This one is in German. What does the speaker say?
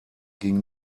ging